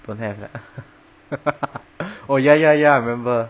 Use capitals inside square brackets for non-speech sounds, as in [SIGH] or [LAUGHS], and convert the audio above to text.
don't have ah [LAUGHS] oh ya ya ya I remember